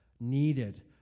needed